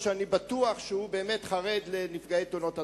אף-על-פי שאני בטוח שהוא באמת חרד לנפגעי תאונות הדרכים.